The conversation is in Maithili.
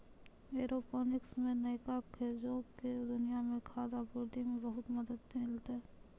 एयरोपोनिक्स मे नयका खोजो से दुनिया के खाद्य आपूर्ति मे बहुते मदत मिलतै